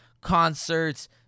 concerts